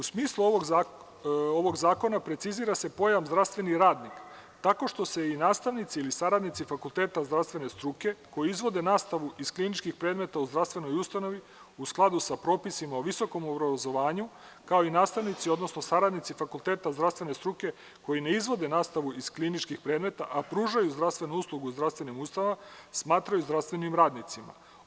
U smislu ovog zakona precizira se pojam zdravstveni radnik tako što se i nastavnici i saradnici fakulteta zdravstvene struke koji izvode nastavu iz kliničkih predmeta u zdravstvenoj ustanovi u skladu sa propisima o visokom obrazovanju kao i nastavnici, odnosno saradnici fakulteta zdravstvene struke koji ne izvode nastavu iz kliničkih predmeta, a pružaju zdravstvenu uslugu u zdravstvenim ustanovama smatraju se zdravstvenim radnicima.